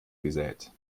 gesät